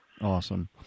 Awesome